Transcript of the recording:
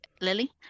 Lily